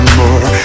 more